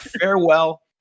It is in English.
farewell